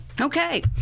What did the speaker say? okay